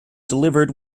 delivered